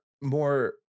more